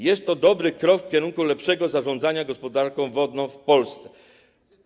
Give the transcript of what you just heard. Jest to dobry krok w kierunku lepszego zarządzania gospodarką wodną w Polsce.